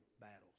battles